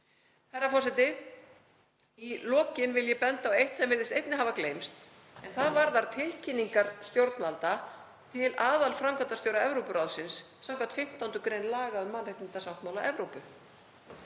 Herra forseti. Í lokin vil ég benda á eitt sem virðist einnig hafa gleymst en það varðar tilkynningar stjórnvalda til aðalframkvæmdastjóra Evrópuráðsins samkvæmt 15. gr. laga um mannréttindasáttmála Evrópu.